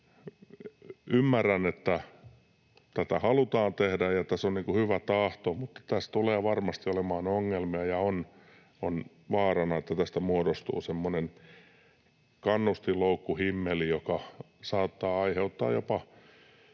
Ymmärrän, että tätä halutaan tehdä ja tässä on hyvä tahto, mutta tässä tulee varmasti olemaan ongelmia ja on vaarana, että tästä muodostuu semmoinen kannustinloukkuhimmeli, joka saattaa aiheuttaa jopa